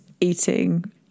eating